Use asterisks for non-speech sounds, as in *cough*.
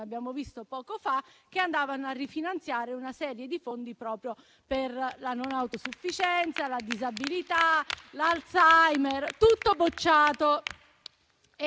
abbiamo visto poco fa, che andavano a rifinanziare una serie di fondi per la non autosufficienza, la disabilità o l'Alzheimer. *applause*